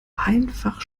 einfach